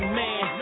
man